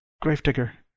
gravedigger